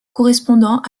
correspondant